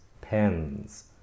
pens